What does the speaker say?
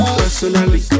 personally